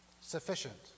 sufficient